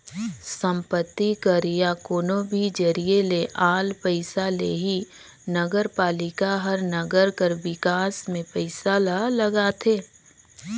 संपत्ति कर या कोनो भी जरिए ले आल पइसा ले ही नगरपालिका हर नंगर कर बिकास में पइसा ल लगाथे